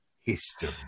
history